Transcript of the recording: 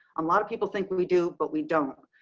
um lot of people think we we do. but we don't.